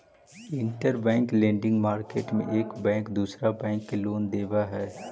interbank lending market में एक bank दूसरा बैंक के लोन देवऽ हई